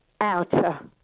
outer